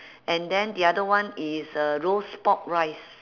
and then the other one is uh roast pork rice